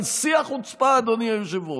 אבל שיא החוצפה, אדוני היושב-ראש,